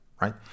right